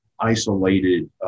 isolated